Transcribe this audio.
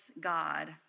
God